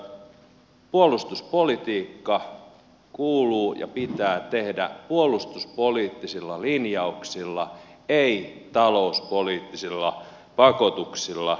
puolustuspolitiikkaa kuuluu ja pitää tehdä puolustuspoliittisilla linjauksilla ei talouspoliittisilla pakotuksilla